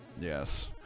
Yes